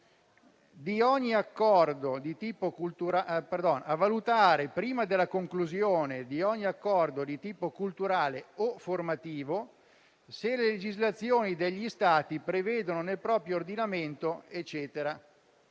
di ogni accordo di tipo culturale o formativo, se le legislazioni degli Stati prevedono, nel proprio ordinamento, leggi